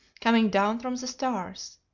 coming down from the stars.